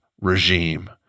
regime